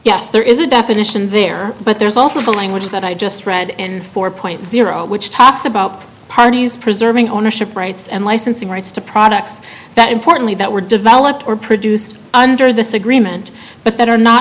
yes there is a definition there but there's also a language that i just read and four point zero which talks about parties preserving ownership rights and licensing rights to products that importantly that were developed or produced under this agreement but that are not